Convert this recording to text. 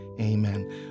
Amen